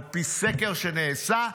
על פי סקר שנעשה,